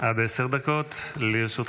עד עשר דקות לרשותך.